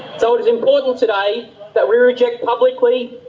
so it is important today that we reject publicly,